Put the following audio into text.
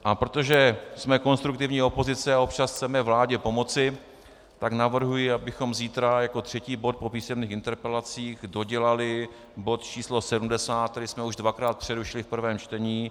A protože jsme konstruktivní opozice a občas chceme vládě pomoci, navrhuji, abychom zítra jako třetí bod po písemných interpelacích dodělali bod číslo 70, který jsme už dvakrát přerušili v prvém čtení.